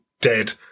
dead